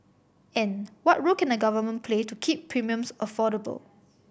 and what role can the Government play to keep premiums affordable